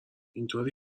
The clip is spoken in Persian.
اینطور